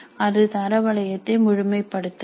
அது தர வளையத்தை முழுமைபடுத்தலாம்